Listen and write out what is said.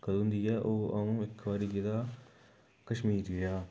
कदूं दी ऐ ओह् आ'ऊं इक बारी गेदा कश्मीर च गेआ